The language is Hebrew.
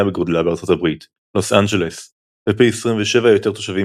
בגודלה בארצות הברית – לוס אנג'לס ופי 27 יותר תושבים